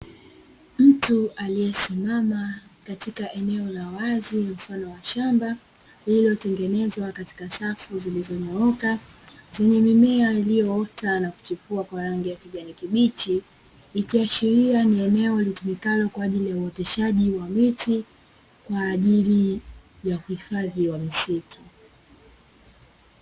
Mtu aliyesimama katika eneo la wazi mfano wa shamba, lililotengenezwa katika safu zilizonyooka zenye mimea iliyoota na kuchipua kwa rangi ya kijani kibichi, ikiashiria ni eneo litumikalo Kwa ajili ya uoteshaji wa miti kwa ajili ya uhifadhi wa misitu.